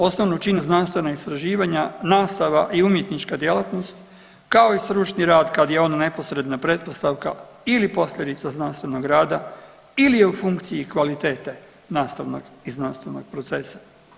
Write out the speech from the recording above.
Osnovu čine znanstvena istraživanja, nastava i umjetnička djelatnost, kao i stručni rad kad je on neposredna pretpostavka ili posljedica znanstvenog rada ili je u funkciji kvalitete nastavnog i znanstvenog procesa.